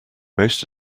most